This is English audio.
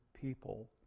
people